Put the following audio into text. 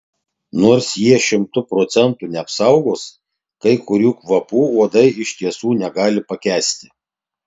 nors jie šimtu procentų neapsaugos kai kurių kvapų uodai iš tiesų negali pakęsti